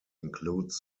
includes